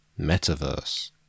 Metaverse